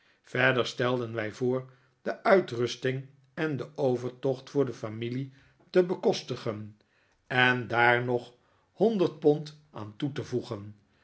verder stelden wij voor de intrusting en den overtocht voor de familie te bekostigen en daar nog honderd pond aan toe te voegen